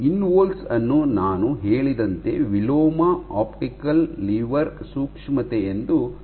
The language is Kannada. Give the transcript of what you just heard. ಇನ್ವೊಲ್ಸ್ ಅನ್ನು ನಾನು ಹೇಳಿದಂತೆ ವಿಲೋಮ ಆಪ್ಟಿಕಲ್ ಲಿವರ್ ಸೂಕ್ಷ್ಮತೆ ಎಂದು ಕರೆಯಲಾಗುತ್ತದೆ